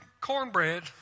cornbread